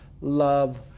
love